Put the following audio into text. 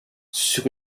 sur